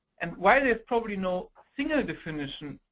and why there's probably no single definition,